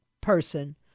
person